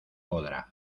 podrá